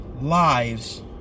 lives